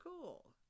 cool